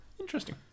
Interesting